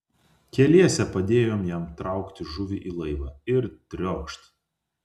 keliese padėjom jam traukti žuvį į laivą ir triokšt